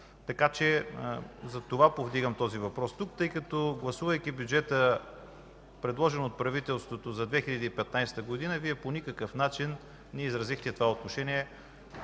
Затова повдигам този въпрос тук, тъй като гласувайки бюджета, предложен от правителството за 2015 г., Вие по никакъв начин не изразихте това отношение,